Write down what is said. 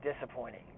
disappointing